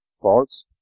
False